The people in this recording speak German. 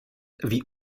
wie